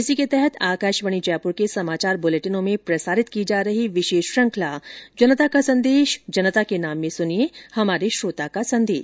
इसी के तहत आकाशवाणी जयपुर के समाचार बुलेटिनों में प्रसारित की जा रही विशेष श्रृखंला जनता का संदेश जनता के नाम में सुनिये हमारे श्रोता का संदेश